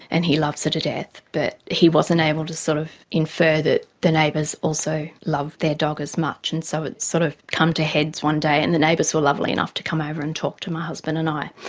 and he loves her to death, but he wasn't able to sort of infer that the neighbours also love their dog as much. and so it sort of came to a head one day, and the neighbours were lovely enough to come over and talk to my husband and i.